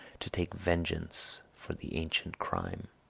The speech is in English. to take vengeance for the ancient crime.